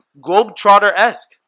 Globetrotter-esque